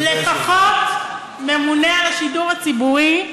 לפחות ממונה על השידור הציבורי,